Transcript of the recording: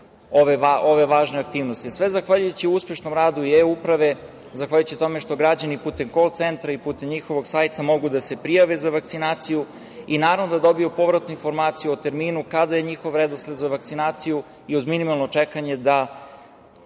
ove važne aktivnosti, a sve zahvaljujući uspešnom radu e-uprave, zahvaljujući tom što građani putem kol-centra i putem njihovog sajta mogu da se prijave za vakcinaciju i naravno, da dobiju povratnu informaciju o terminu kada je njihov redosled za vakcinaciju i uz minimalno čekanje da